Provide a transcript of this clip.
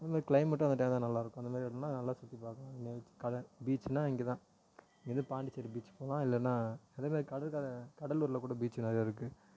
அந்த மாதிரி க்ளைமேட்டும் அந்த டைமில் நல்லா இருக்கும் அந்த மாதிரி இடம்லாம் நல்லா சுற்றி பார்க்கலாம் கடல் பீச்சினால் இங்கே தான் இங்கிருந்து பாண்டிச்சேரி பீச்சி போகலாம் இல்லைன்னா அதே மாதிரி கடற்கரை கடலூரில் கூட பீச்சி நிறைய இருக்குது